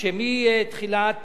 שמתחילת